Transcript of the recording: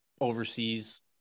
overseas